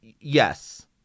Yes